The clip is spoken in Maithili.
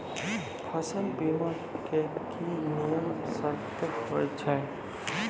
फसल बीमा के की नियम सर्त होय छै?